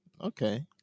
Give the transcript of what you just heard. Okay